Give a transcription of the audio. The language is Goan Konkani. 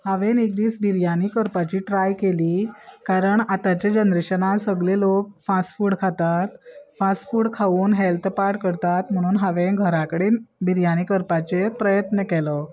हांवें एक दीस बिरयानी करपाची ट्राय केली कारण आतांच्या जनरेशनान सगले लोक फास्ट फूड खातात फास्ट फूड खावन हेल्थ पाड करतात म्हणून हांवें घराकडेन बिरयानी करपाचे प्रयत्न केलो